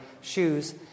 shoes